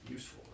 Useful